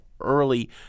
early